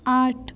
आठ